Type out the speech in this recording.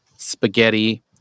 spaghetti